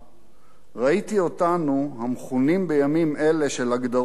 ראיתי אותנו, המכונים בימים אלה של הגדרות יתר,